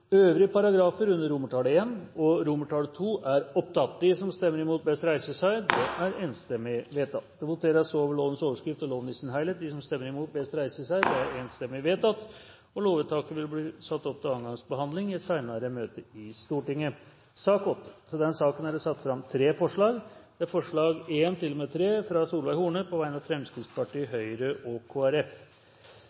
øvrige paragrafer under I og over II. Det voteres over lovens overskrift og loven i sin helhet. Lovvedtaket vil bli ført opp til andre gangs behandling i et senere møte i Stortinget. Under debatten er det satt fram i alt to forslag. Det er forslag nr. 1, fra Harald T. Nesvik på vegne av Fremskrittspartiet